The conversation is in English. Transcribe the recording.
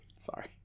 Sorry